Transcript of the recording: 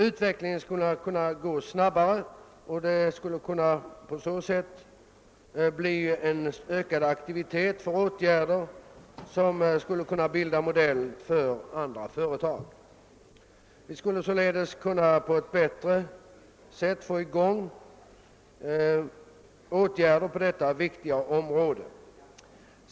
Utvecklingen skulle kunna gå snabbare, det skulle kunna bli en ökad aktivitet på detta område och åtgärder skulle kunna vidtas som kunde bilda modell för andra företag. Vi skulle således med hjälp av de statliga fö retagen kunna få i gång ta viktiga område.